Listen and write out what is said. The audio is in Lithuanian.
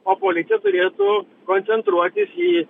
o policija turėtų koncentruotis į